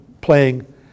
playing